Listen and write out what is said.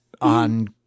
on